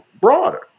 broader